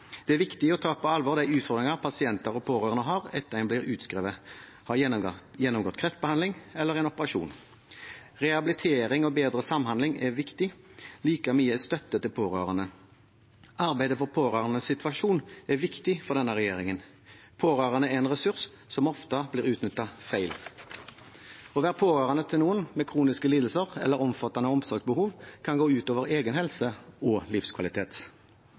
Det er viktig å ta på alvor de utfordringer pasienter og pårørende har etter at en blir utskrevet og har gjennomgått kreftbehandling eller en operasjon. Rehabilitering og bedre samhandling er viktig, like mye støtte til pårørende. Arbeidet for pårørendes situasjon er viktig for denne regjeringen. Pårørende er en ressurs som ofte blir utnyttet feil. Å være pårørende til noen med kroniske lidelser eller omfattende omsorgsbehov kan gå ut over egen helse og livskvalitet.